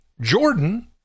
Jordan